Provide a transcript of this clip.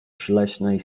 przyleśnej